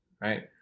right